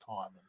time